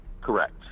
Correct